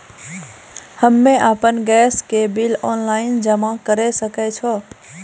हम्मे आपन गैस के बिल ऑनलाइन जमा करै सकै छौ?